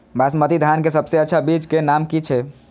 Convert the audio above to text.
बासमती धान के सबसे अच्छा बीज के नाम की छे?